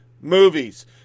movies